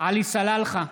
עלי סלאלחה,